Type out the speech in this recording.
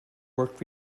work